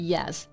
Yes